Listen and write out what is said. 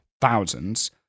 thousands